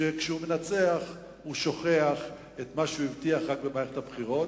וכשהוא מנצח הוא שוכח את מה שהוא הבטיח רק במערכת הבחירות.